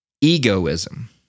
egoism